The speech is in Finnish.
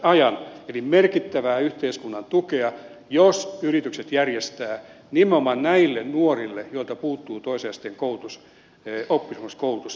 eli merkittävää yhteiskunnan tukea jos yritykset järjestävät nimenomaan näille nuorille joilta puuttuu toisen asteen koulutus oppisopimuskoulutusta